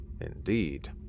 Indeed